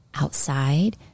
outside